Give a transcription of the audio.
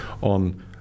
on